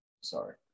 Sorry